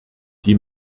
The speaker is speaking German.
die